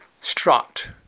strut